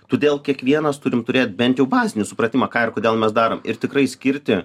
todėl kiekvienas turim turėt bent jau bazinį supratimą ką ir kodėl mes darom ir tikrai skirti